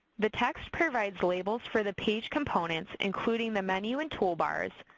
the text provides labels for the page components including the menu and toolbars,